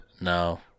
No